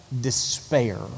despair